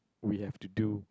we have to do